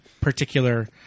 particular